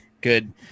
good